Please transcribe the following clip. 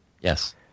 Yes